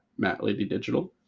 MattLadyDigital